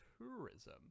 tourism